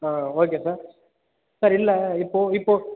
ஆ okay sir sir இல்லை இப்போ இப்போ